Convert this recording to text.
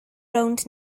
rownd